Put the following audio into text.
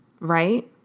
right